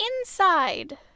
Inside